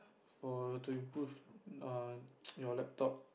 for to improve err your laptop